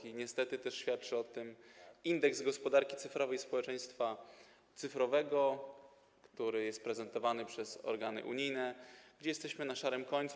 I niestety też świadczy o tym indeks gospodarki cyfrowej i społeczeństwa cyfrowego, który jest prezentowany przez organy unijne, gdzie jesteśmy na szarym końcu.